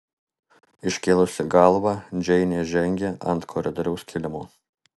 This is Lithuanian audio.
iškėlusi galvą džeinė žengė ant koridoriaus kilimo